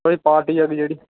थुआढ़ी पार्टी शार्टी जेह्ड़ी